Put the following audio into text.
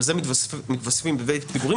על זה מתווספים ריבית פיגורים.